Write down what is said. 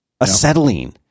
Acetylene